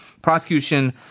prosecution